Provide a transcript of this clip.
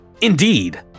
Indeed